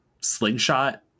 slingshot